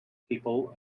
people